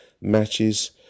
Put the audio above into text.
matches